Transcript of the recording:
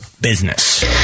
business